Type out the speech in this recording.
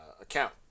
account